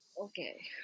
Okay